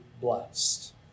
blessed